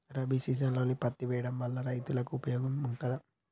రబీ సీజన్లో పత్తి వేయడం వల్ల రైతులకు ఉపయోగం ఉంటదా?